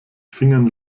fingern